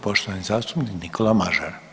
poštovani zastupnik Nikola Mažar.